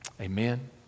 Amen